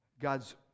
God's